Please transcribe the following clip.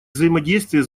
взаимодействие